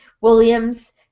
Williams